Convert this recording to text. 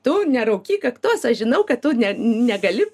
tu neraukyk kaktos aš žinau kad tu ne negali